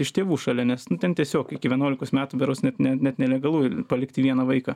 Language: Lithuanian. iš tėvų šalia nes ten tiesiog iki vienuolikos metų berods net ne net nelegalu palikti vieną vaiką